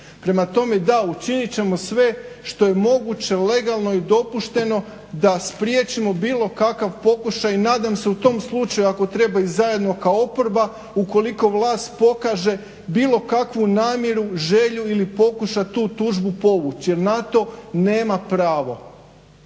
Prema tome, da učinite ćemo sve što je moguće, legalno i dopušteno da spriječimo bilo kakav pokušaj, nadam se u tom slučaju ako treba i zajedno kao oporba, ukoliko vlast pokaže bilo kakvu namjeru, želju ili pokuša tu tužbu povući, jer na to nema pravo.